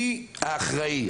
מי אחראי,